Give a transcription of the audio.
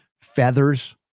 feathers